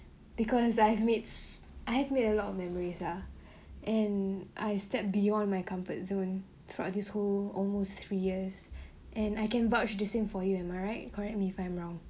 because I have made I've made a lot of memories uh and I stepped beyond my comfort zone throughout this whole almost three years and I can vouch decent for you am I right correct me if I'm wrong